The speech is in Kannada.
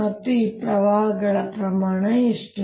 ಮತ್ತು ಈ ಪ್ರವಾಹಗಳ ಪ್ರಮಾಣ ಎಷ್ಟು